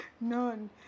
None